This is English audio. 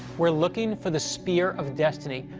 we're looking for the spear of destiny,